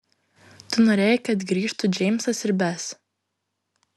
tu norėjai kad grįžtų džeimsas ir bes